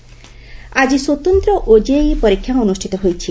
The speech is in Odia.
ଓଜେଇ ପରୀକ୍ଷା ଆକି ସ୍ୱତନ୍ତ ଓଜେଇ ପରୀକ୍ଷା ଅନୁଷିତ ହୋଇଛି